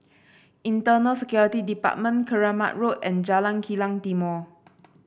Internal Security Department Keramat Road and Jalan Kilang Timor